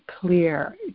clear